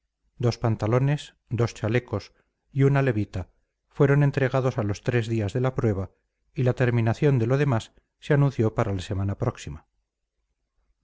dos pantalones dos chalecos y una levita fueron entregados a los tres días de la prueba y la terminación de lo demás se anunció para la semana próxima